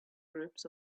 groups